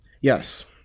Yes